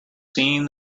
seen